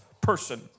person